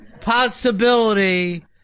possibility